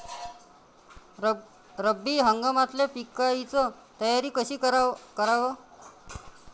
रब्बी हंगामातल्या पिकाइची तयारी कशी कराव?